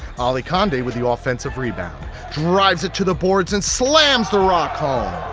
allie kondeh with the offensive rebound drives it to the boards and slams the rock home.